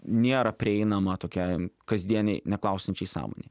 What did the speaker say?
nėra prieinama tokiai kasdienei neklausiančiai sąmonei